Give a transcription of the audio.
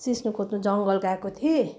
सिस्नु खोज्न जङ्गल गएको थिएँ